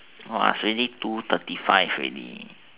wah it is already two thirty five already